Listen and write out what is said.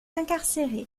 incarcérée